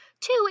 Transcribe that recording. Two